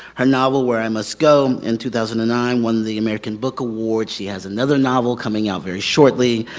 her novel where i must go, in two thousand and nine, won the american book award. she has another novel coming out very shortly.